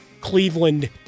Cleveland